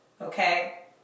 Okay